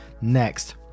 next